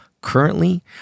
currently